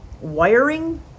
wiring